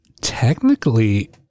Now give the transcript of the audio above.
Technically